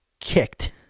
kicked